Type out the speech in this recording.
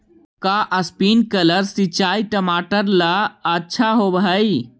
का स्प्रिंकलर सिंचाई टमाटर ला अच्छा होव हई?